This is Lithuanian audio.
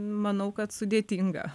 manau kad sudėtinga